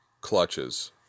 clutches